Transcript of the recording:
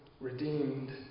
redeemed